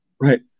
Right